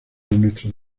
nuestros